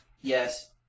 Yes